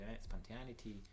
spontaneity